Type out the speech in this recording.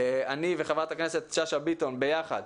אני וחברת הכנסת שאשא ביטון ביחד,